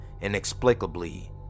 inexplicably